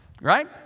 right